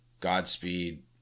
Godspeed